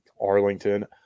Arlington